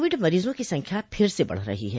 Covid मरीजों की संख्या फिर से बढ रही है